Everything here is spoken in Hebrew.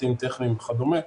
צוותים טכניים וכדומה,